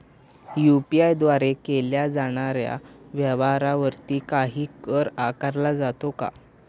UPI द्वारे केल्या जाणाऱ्या व्यवहारावरती काही कर आकारला जातो का?